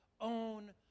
own